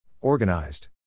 Organized